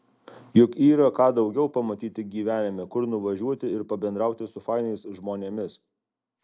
juk yra ką daugiau pamatyti gyvenime kur nuvažiuoti ir pabendrauti su fainais žmonėmis